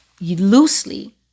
loosely